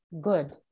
good